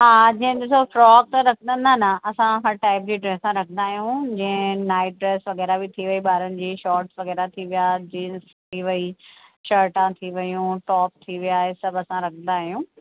हा जीअं ॾिसो फ्रोक त रखंदा न असां हर टाइप जी ड्रेसा रखंदा आहियूं जीअं नाइट ड्रेस वग़ैरह बि थी वई ॿारनि जी शॉट्स वग़ैरह थी विया जींस थी वई शर्टा थी वयूं टॉप थी वया इहे सभु असां रखंदा आहियूं